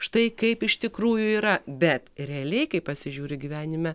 štai kaip iš tikrųjų yra bet realiai kai pasižiūri gyvenime